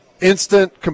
instant